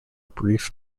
brief